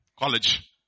college